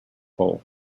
pole